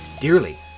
dearly